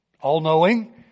all-knowing